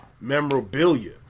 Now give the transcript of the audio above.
memorabilia